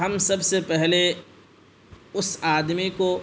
ہم سب سے پہلے اس آدمی کو